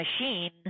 machine